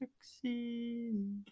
succeed